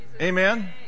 Amen